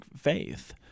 faith